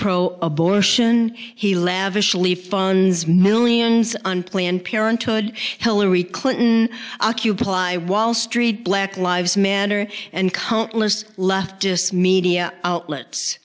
pro abortion he lavishly funds millions on planned parenthood hillary clinton occupy wall street black lives manner and countless leftist media outlets